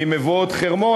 ממבואות-חרמון.